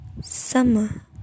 summer